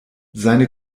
seine